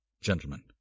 gentlemen